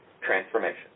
transformation